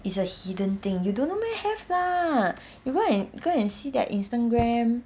it's a hidden thing you don't know meh have lah you go and go and see their instagram